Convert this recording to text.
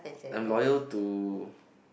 I'm loyal to